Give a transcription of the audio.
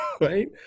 right